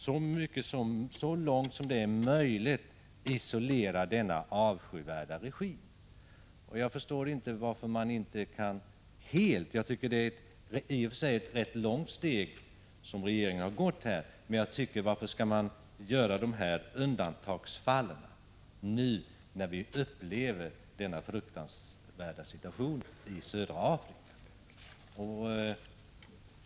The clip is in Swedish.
De säger att man så långt som det är möjligt skall isolera = 7 s i Sydafrika denna avskyvärda regim. Jag tycker att det är ett i och för sig rätt långt steg som regeringen tagit, men jag förstår inte motiveringen för undantagsfallen i den fruktansvärda situation som vi nu vet råder i södra Afrika.